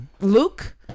luke